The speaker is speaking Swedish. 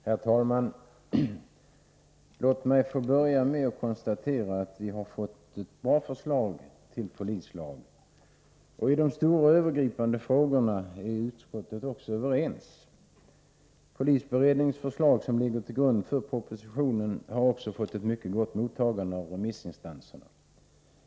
Herr talman! Låt mig få börja med att konstatera att vi har fått ett bra förslag till polislag. I de stora övergripande frågorna är vi också överens inom utskottet. Polisberedningens förslag, som ligger till grund för propositionen, har dessutom fått ett mycket gott mottagande av remissinstanserna.